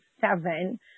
seven